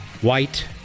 white